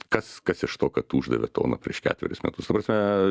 kas kas iš to kad uždavė toną prieš ketverius metus ta prasme